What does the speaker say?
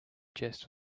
chest